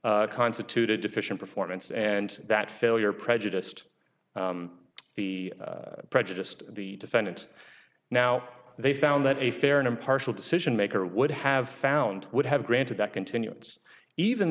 e constituted deficient performance and that failure prejudiced the prejudiced the defendant now they found that a fair and impartial decision maker would have found would have granted that continuance even